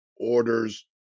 orders